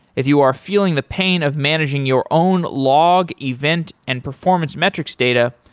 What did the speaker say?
if you are feeling the pain of managing your own log, event and performance metrics data,